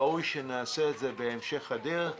ראוי שנעשה את זה בהמשך הדרך.